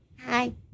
Hi